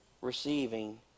receiving